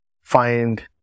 find